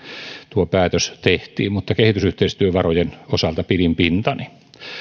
tuo päätös tehtiin mutta kehitysyhteistyövarojen osalta pidin pintani